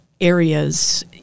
Areas